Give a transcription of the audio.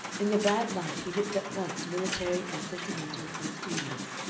in the bad light he looked at once military and sentimental and studious,